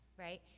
right?